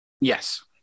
Yes